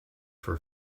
for